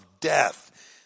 death